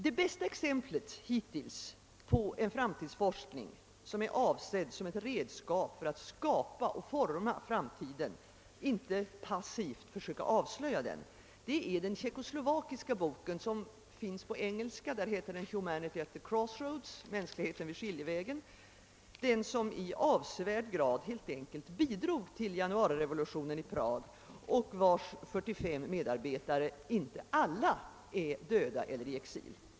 Det bästa exemplet hittills på framtidsforskning som är avsedd som ett redskap för att skapa och forma framtiden, inte att passivt försöka avslöja den, är den tjeckoslovakiska boken som finns på engelska och heter »Humanity at the Crossroads» — »Mänskligheten vid skiljevägen» — som i avsevärd grad bidrog till januarirevolutionen i Prag och vars 45 medarbetare inte alla är döda eller i exil.